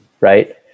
right